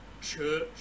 church